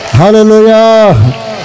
hallelujah